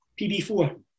PB4